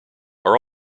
are